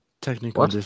technical